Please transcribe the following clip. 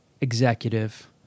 executive